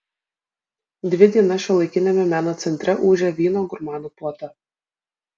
dvi dienas šiuolaikiniame meno centre ūžė vyno gurmanų puota